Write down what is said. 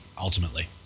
ultimately